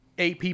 AP